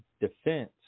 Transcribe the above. defense